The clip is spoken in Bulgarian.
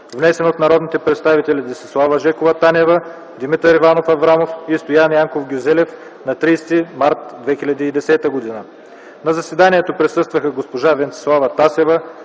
внесен от народните представители Десислава Жекова Танева, Димитър Иванов Аврамов и Стоян Янков Гюзелев на 30 март 2010 г. На заседанието присъстваха госпожа Венцислава Тасева